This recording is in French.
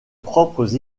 propres